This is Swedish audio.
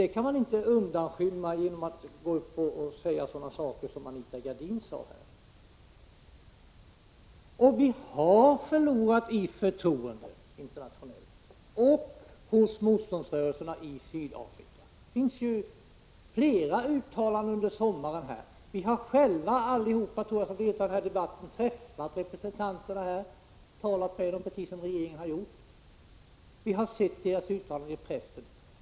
Det kan man inte undanskymma genom att säga som Anita Gradin gjorde. Vi har förlorat i förtroende internationellt och hos motståndsrörelserna i Sydafrika. Det har under sommaren gjorts flera uttalanden i detta sammanhang. Jag tror att alla som deltar i denna debatt har träffat och talat med representanter för dessa rörelser, precis som regeringen har gjort. Vi har också läst deras uttalanden i pressen.